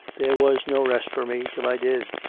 there was no rest for me till i did.